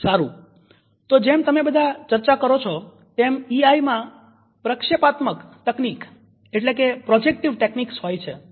સારું તો જેમ તમે બધા ચર્ચા કરો છો તેમ ઈઆઈ માં પ્રક્ષેપાત્મક તકનીક હોય છે